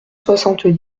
soixante